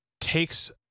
takes